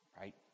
right